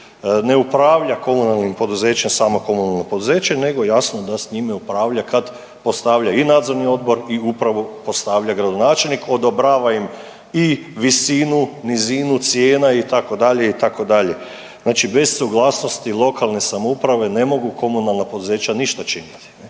ne upravlja komunalnim poduzećem samo komunalno poduzeće nego jasno da s njime upravlja kad postavlja i nadzorni odbor i upravo podstavlja gradonačelnik, odobrava im i visinu, nizinu cijena itd., itd., znači bez suglasnosti lokalne samouprave ne mogu komunalna poduzeća ništa činiti.